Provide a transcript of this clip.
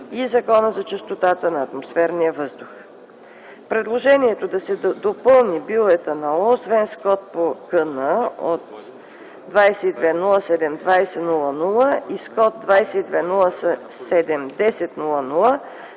и Закона за чистотата на атмосферния въздух. Предложението да се допълни биоетанола освен с код по КН от 2207 20 00 и с код 2207 10